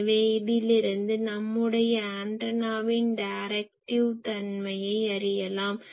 எனவே இதிலிருந்து நம்முடைய ஆண்டனாவின் டைரக்டிவ் தன்மையை அறியலாம்